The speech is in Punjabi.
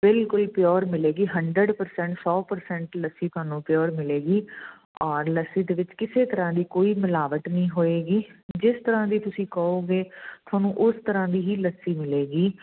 ਬਿਲਕੁਲ ਪਿਓਰ ਮਿਲੇਗੀ ਹੰਡਰਡ ਪਰਸੈਂਟ ਸੌ ਪਰਸੈਂਟ ਲੱਸੀ ਤੁਹਾਨੂੰ ਪਿਓਰ ਮਿਲੇਗੀ ਔਰ ਲੱਸੀ ਦੇ ਵਿੱਚ ਕਿਸੇ ਤਰ੍ਹਾਂ ਦੀ ਕੋਈ ਮਿਲਾਵਟ ਨਹੀਂ ਹੋਏਗੀ ਜਿਸ ਤਰ੍ਹਾਂ ਦੀ ਤੁਸੀਂ ਕਹੋਗੇ ਤੁਹਾਨੂੰ ਉਸ ਤਰ੍ਹਾਂ ਦੀ ਹੀ ਲੱਸੀ ਮਿਲੇਗੀ